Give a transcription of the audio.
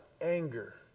anger